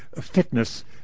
fitness